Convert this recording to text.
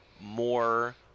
more